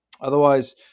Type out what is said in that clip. Otherwise